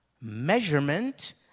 measurement